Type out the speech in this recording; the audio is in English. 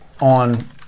on